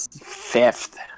Fifth